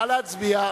נא להצביע.